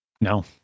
No